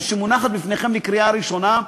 שמונחת לפניכם לקריאה ראשונה,